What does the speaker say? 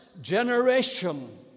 generation